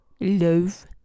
love